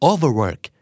Overwork